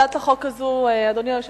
להצעת החוק הזאת, אדוני היושב-ראש,